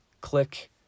click